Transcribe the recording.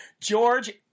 George